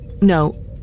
No